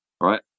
right